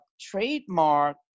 trademark